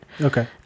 okay